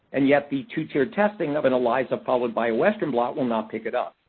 and yet the two-tiered testing of and elisa followed by western blot will not pick it up.